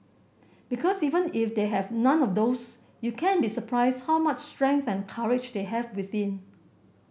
because even if they have none of those you can be surprised how much strength and courage they have within